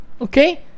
okay